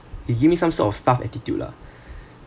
he give me some sort of stuff attitude lah